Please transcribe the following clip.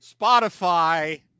Spotify